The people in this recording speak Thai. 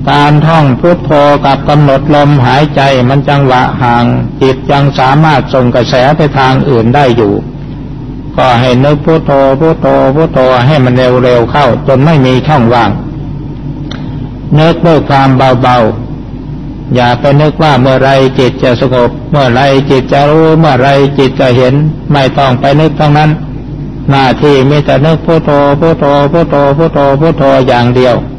การท่องพุทโธกับกำหนดลมหายใจมันจังหวะห่าง จิตยังสามารถส่งกระแสไปทางอื่นได้อยู่ ก็ให้นึกพุทโธพุทโธพุทโธให้มันเร็วๆเข้าจนไม่มีช่องว่าง นึกด้วยความเบาๆ อย่าไปนึกว่าเมื่อไรจิตจะสงบ เมื่อไรจิตจะรู้ เมื่อไรจิตจะเห็น ไม่ต้องไปนึกทั้งนั้น หน้าที่มีแต่นึกพุทโธพุทโธพุทโธพุทโธพุทโธอย่างเดียว